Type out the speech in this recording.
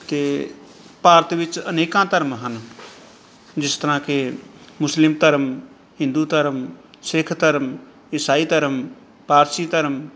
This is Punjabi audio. ਅਤੇ ਭਾਰਤ ਵਿੱਚ ਅਨੇਕਾਂ ਧਰਮ ਹਨ ਜਿਸ ਤਰ੍ਹਾਂ ਕਿ ਮੁਸਲਿਮ ਧਰਮ ਹਿੰਦੂ ਧਰਮ ਸਿੱਖ ਧਰਮ ਇਸਾਈ ਧਰਮ ਪਾਰਸੀ ਧਰਮ